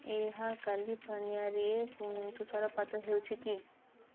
ଏହା କାଲିଫର୍ନିଆରେ ତୁଷାରପାତ ହେଉଛି କି